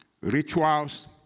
rituals